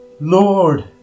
Lord